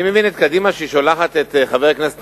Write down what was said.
אני מבין את קדימה שהיא שולחת את חבר הכנסת